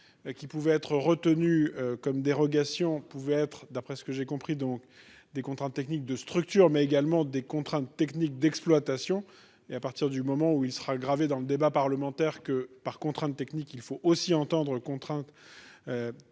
qui pouvait être retenue comme dérogation pouvait être, d'après ce que j'ai compris, donc, des contraintes techniques de structures mais également des contraintes techniques d'exploitation et à partir du moment où il sera gravé dans le débat parlementaire que par contrainte technique, il faut aussi entendre contraintes